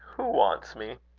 who wants me?